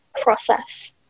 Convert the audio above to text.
process